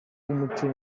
w’umuco